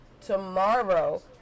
tomorrow